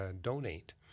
donate